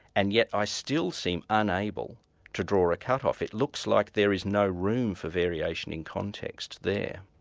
and yet i still seem unable to draw a cutoff. it looks like there is no room for variation in context there.